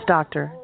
Doctor